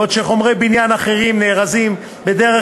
בעוד שחומרי בניין אחרים נארזים בדרך